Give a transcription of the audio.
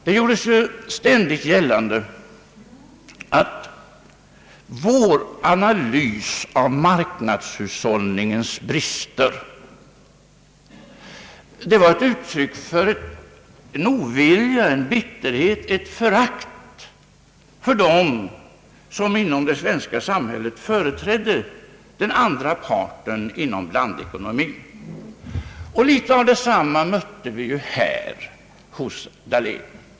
Det gjordes ständigt gällande att vår analys av marknadshushållningens brister var ett uttryck för en ovilja, en bitterhet och ett förakt gentemot dem som inom det svenska samhället företräder den andra parten i blandekonomin. Litet av detta mötte vi nu hos herr Dahlén.